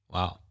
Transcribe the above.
Wow